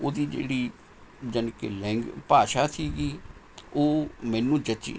ਉਹਦੀ ਜਿਹੜੀ ਜਾਨੀ ਕਿ ਲੈਂਗੁ ਭਾਸ਼ਾ ਸੀਗੀ ਉਹ ਮੈਨੂੰ ਜਚੀ ਨਹੀਂ